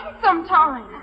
sometime